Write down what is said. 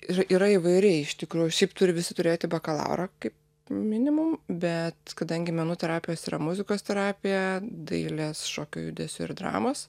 ir yra įvairiai iš tikrųjų šiaip turi visi turėti bakalaurą kaip minimum bet kadangi menų terapijos yra muzikos terapija dailės šokio judesio ir dramos